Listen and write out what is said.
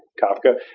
kafka?